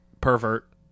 pervert